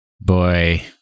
boy